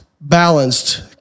balanced